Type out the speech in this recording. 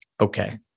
Okay